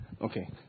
Okay